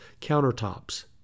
countertops